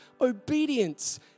Obedience